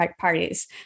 parties